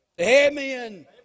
Amen